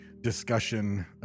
discussion